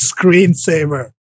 screensaver